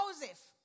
Joseph